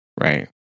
Right